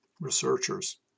researchers